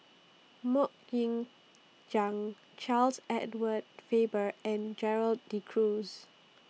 Mok Ying Jang Charles Edward Faber and Gerald De Cruz